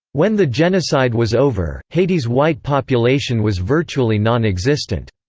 when the genocide was over, haiti's white population was virtually non-existent.